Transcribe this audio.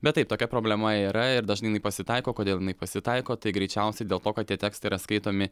bet taip tokia problema yra ir dažnai jinai pasitaiko kodėl jinai pasitaiko tai greičiausiai dėl to kad tie tekstai yra skaitomi